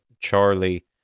Charlie